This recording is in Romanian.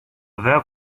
avea